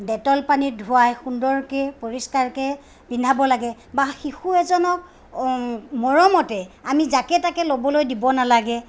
Dettol পানীত ধুৱাই সুন্দৰকৈ পৰিষ্কাৰকৈ পিন্ধাব লাগে বা শিশু এজনক মৰমতে আমি যাকে তাকে ল'বলৈ দিব নালাগে